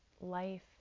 life